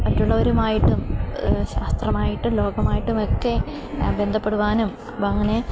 മറ്റുള്ളവരുമായിട്ടും ശാസ്ത്രവുമായിട്ടും ലോകവുമായിട്ടുമൊക്കെ ബന്ധപ്പെടുവാനും അപ്പോള് അങ്ങനെ